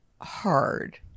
hard